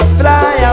fly